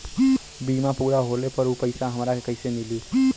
बीमा पूरा होले पर उ पैसा हमरा के कईसे मिली?